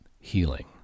healing